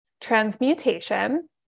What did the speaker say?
transmutation